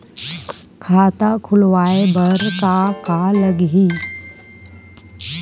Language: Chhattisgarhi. खाता खुलवाय बर का का लगही?